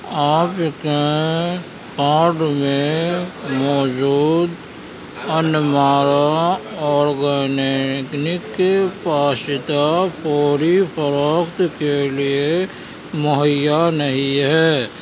آپ کے کارڈ میں موجود انمارا اورگینینک پاشتا فوری فروخت کے لیے مہیا نہیں ہے